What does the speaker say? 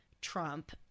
Trump